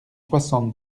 soixante